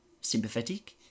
sympathetic